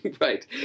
Right